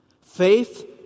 Faith